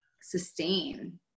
sustain